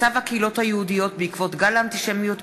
מצב הקהילות היהודיות בעקבות גל האנטישמיות בעולם,